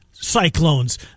Cyclones